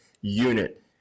unit